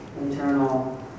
internal